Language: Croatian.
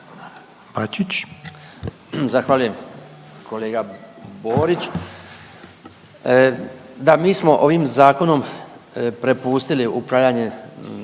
(HDZ)** Zahvaljujem. Kolega Borić, da mi smo ovim zakonom prepustili upravljanje